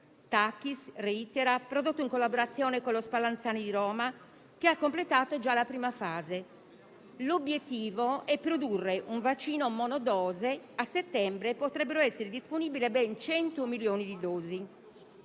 (Takis, Reithera) prodotti in collaborazione con lo Spallanzani di Roma, che ha completato già la prima fase. L'obiettivo è produrre un vaccino monodose, di cui a settembre potrebbero essere disponibili ben 100 milioni di dosi.